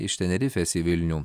iš tenerifės į vilnių